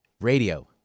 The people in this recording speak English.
Radio